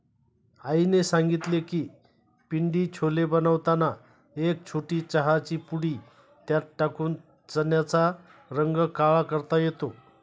आईने सांगितले की पिंडी छोले बनवताना एक छोटी चहाची पुडी त्यात टाकून चण्याचा रंग काळा करता येतो